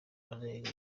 arenze